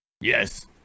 yes